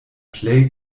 plej